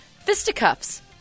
fisticuffs